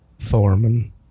Foreman